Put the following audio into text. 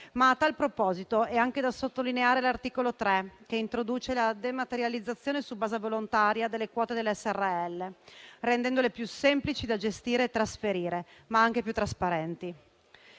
A tal proposito è anche da sottolineare l'articolo 3, che introduce la dematerializzazione su base volontaria delle quote delle Srl, rendendole più semplici da gestire e trasferire, ma anche più trasparenti.